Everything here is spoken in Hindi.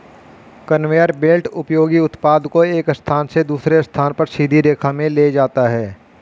कन्वेयर बेल्ट उपयोगी उत्पाद को एक स्थान से दूसरे स्थान पर सीधी रेखा में ले जाता है